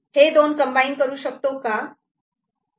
हे दोन कम्बाईन करू शकतो का